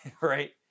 right